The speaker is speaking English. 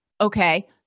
okay